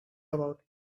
about